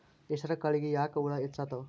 ಹೆಸರ ಕಾಳುಗಳಿಗಿ ಯಾಕ ಹುಳ ಹೆಚ್ಚಾತವ?